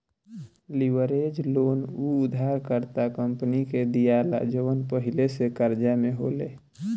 leverage loan उ उधारकर्ता कंपनी के दीआला जवन पहिले से कर्जा में होले